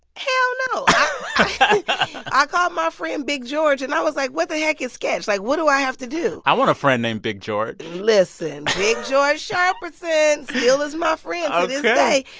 hell no i called my friend big george, and i was like, what the heck is sketch? like, what do i have to do? i want a friend named big george listen big george sharperson still is my friend. ok. to this day.